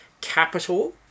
capital